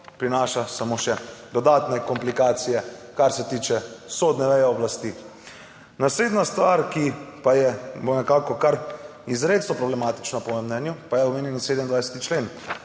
prinaša samo še dodatne komplikacije, kar se tiče sodne veje oblasti. Naslednja stvar, ki pa je nekako kar izrecno problematična po mojem mnenju, pa je omenjeni 27. člen.